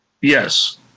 Yes